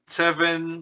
seven